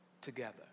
together